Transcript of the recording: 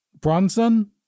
Bronson